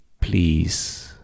please